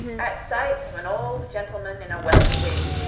at sight of an old gentleman in a welsh wig,